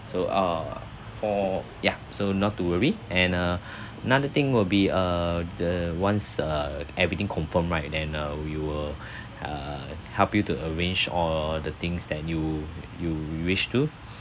so ah for ya so not to worry and err another thing will be err the once err everything confirm right and uh we will err help you to arrange all the things that you you you wish to